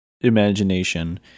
imagination